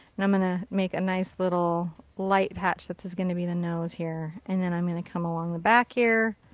i'm going to make a nice little light patch that's going to be the nose here. and then i'm going to come along the back here.